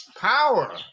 power